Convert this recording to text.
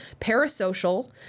Parasocial